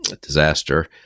disaster